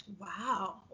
Wow